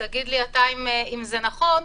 ותגיד לי אתה אם זה נכון,